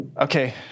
Okay